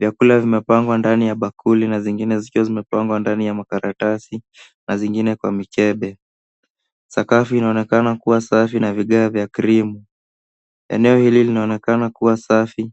Vyakula vimepangwa ndani ya bakuli na zingine zikiwa zimepangwa ndani ya makaratasi na zingine kwa mikebe. Sakafu inaonekana kuwa safi na vigae vya krimu. Eneo hili linaonekana kuwa safi.